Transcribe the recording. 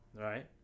Right